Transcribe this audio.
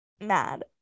mad